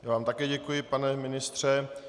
Já vám také děkuji pane ministře.